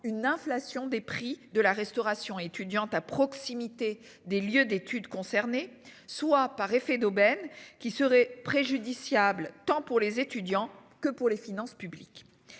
une inflation des prix de la restauration étudiante à proximité des lieux d'études concernées, soit par effet d'aubaine qui serait préjudiciable, tant pour les étudiants que pour les finances publiques.